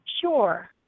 Sure